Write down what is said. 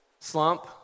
slump